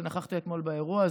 שנכחת אתמול באירוע,